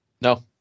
No